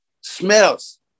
smells